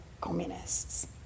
communists